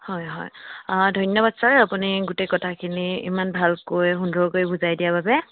হয় হয় ধন্যবাদ ছাৰ আপুনি গোটেই কথাখিনি ইমান ভালকৈ সুন্দৰকৈ বুজাই দিয়াৰ বাবে